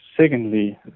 Secondly